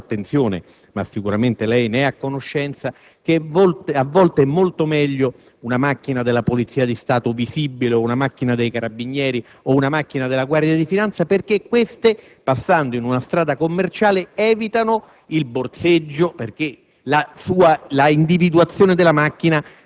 nelle strade dei singoli quartieri. Vorrei richiamare alla sua attenzione, ma sicuramente lei ne ha a conoscenza, che a volte è molto meglio una macchina visibile della Polizia di Stato, dei Carabinieri o della Guardia di finanza, perché queste, passando in una strada commerciale, evitano il borseggio.